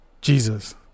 Jesus